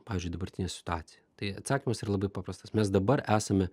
pavyzdžiui dabartinę situaciją tai atsakymas yra labai paprastas mes dabar esame